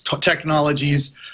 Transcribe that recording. technologies